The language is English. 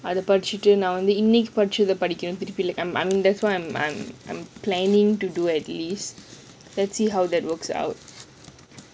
அது படிச்சிட்டு நான் இன்னெக்கி படிக்க்ஷத படிக்கணும்:athu padichittu naan inneki padichatha padikkanum I mean that's what I'm I'm I'm planning to do at least let's see how that works out